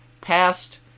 past